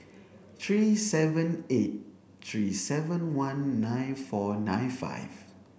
three seven eight three seven one nine four nine five